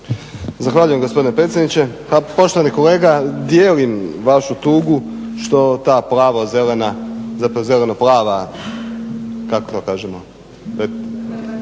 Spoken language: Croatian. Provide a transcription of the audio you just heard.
Zahvaljujem gospodine predsjedniče. Poštovani kolega, dijelim vašu tugu što ta plavozelena, zapravo zelenoplava, kako to kažemo?